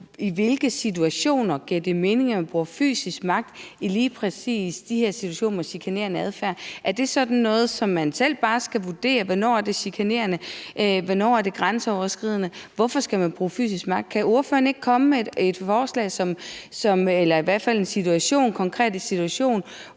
hvornår det giver mening at bruge fysisk magt i lige præcis de her situationer med chikanerende adfærd. Er det sådan noget, som man selv bare skal vurdere, i forhold til hvornår det er chikanerende, og hvornår det er grænseoverskridende? Hvorfor skal man bruge fysisk magt? Kan ordføreren ikke komme på en konkret situation,